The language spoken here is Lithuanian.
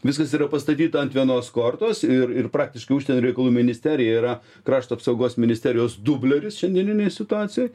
viskas yra pastatyta ant vienos kortos ir ir praktiškai užsienio reikalų ministerija yra krašto apsaugos ministerijos dubleris šiandieninėj situacijoj